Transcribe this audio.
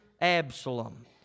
Absalom